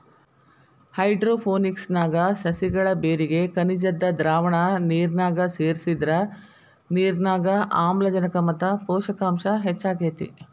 hydroponics ನ್ಯಾಗ ಸಸಿಗಳ ಬೇರಿಗೆ ಖನಿಜದ್ದ ದ್ರಾವಣ ನಿರ್ನ್ಯಾಗ ಸೇರ್ಸಿದ್ರ ನಿರ್ನ್ಯಾಗ ಆಮ್ಲಜನಕ ಮತ್ತ ಪೋಷಕಾಂಶ ಹೆಚ್ಚಾಕೇತಿ